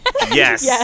Yes